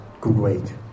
great